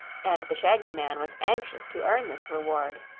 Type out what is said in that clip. and the shaggy man was anxious to earn this reward.